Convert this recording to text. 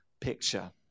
picture